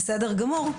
בסדר גמור.